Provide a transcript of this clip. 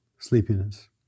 sleepiness